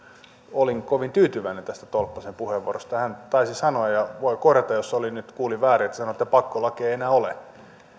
olin kovin tyytyväinen tästä tolppasen puheenvuorosta hän taisi sanoa ja voi korjata jos kuulin väärin että pakkolakeja ei enää ole